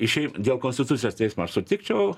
i šiaip dėl konstitucijos teismo aš sutikčiau